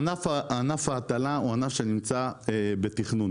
ענף ההטלה הוא ענף שנמצא בתכנון